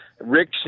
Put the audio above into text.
Rick